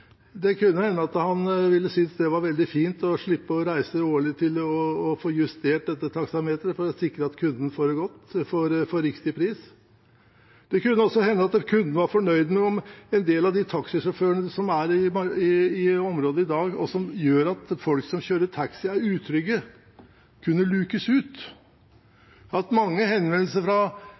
Det kunne hende at han ville synes det var veldig fint å slippe å reise og få justert dette taksameteret årlig for å sikre at kunden får riktig pris. Det kunne også hende at kunden ville være fornøyd om en del av de taxisjåførene som er i området i dag, og som gjør at folk som kjører taxi, er utrygge, kunne lukes ut. Jeg har hatt mange henvendelser fra